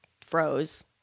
froze